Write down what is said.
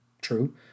true